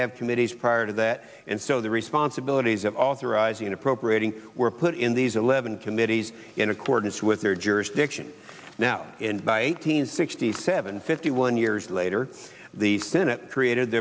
have committees prior to that and so the responsibilities of authorizing appropriating were put in these eleven committees in accordance with their jurisdiction now and by eight hundred sixty seven fifty one years later the senate created